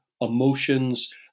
emotions